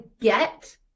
get